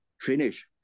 finish